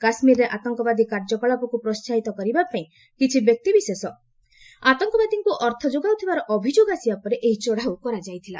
କାଶ୍ମୀରରେ ଆତଙ୍କବାଦୀ କାର୍ଯ୍ୟକଳାପକୁ ପ୍ରୋସାହିତ କରିବାପାଇଁ କିଛି ବ୍ୟକ୍ତିବିଶେଷ ଆତଙ୍କବାଦୀଙ୍କୁ ଅର୍ଥ ଯୋଗାଉଥିବାର ଅଭିଯୋଗ ଆସିବା ପରେ ଏହି ଚଢ଼ାଉ କରାଯାଇଥିଲା